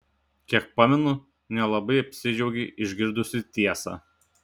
kiek pamenu nelabai apsidžiaugei išgirdusi tiesą